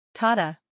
Tata